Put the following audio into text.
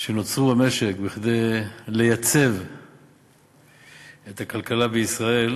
שנוצרו במשק כדי לייצב את הכלכלה בישראל,